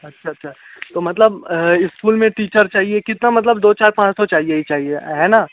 अच्छा अच्छा तो मतलब स्कूल में टीचर चहिए कितना मतलब दो चार पाँच तो चाहिए ही चाहिए है न